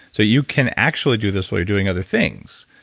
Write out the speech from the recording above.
so, you can actually do this while you're doing other things.